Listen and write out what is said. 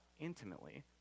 intimately